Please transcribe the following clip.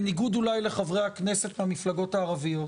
בניגוד אולי לחברי הכנסת מהמפלגות הערביות,